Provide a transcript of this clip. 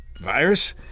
virus